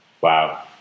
Wow